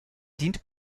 dient